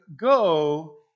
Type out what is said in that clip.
Go